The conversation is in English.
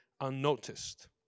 unnoticed